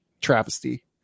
travesty